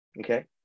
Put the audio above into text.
okay